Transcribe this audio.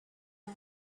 bag